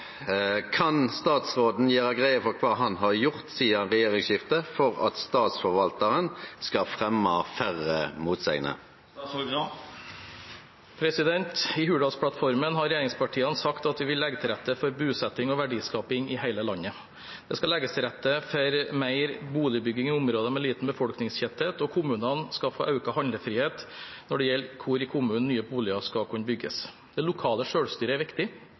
Kan statsråden gjere greie for kva han har gjort sidan regjeringsskiftet for at statsforvaltarane skal fremme færre motsegner?» I Hurdalsplattfonnen har regjeringspartiene sagt at vi vil legge til rette for bosetting og verdiskaping i hele landet. Det skal legges til rette for mer boligbygging i områder med liten befolkningstetthet, og kommunene skal få økt handlefrihet når det gjelder hvor i kommunene nye boliger skal kunne bygges. Det lokale selvstyret er viktig.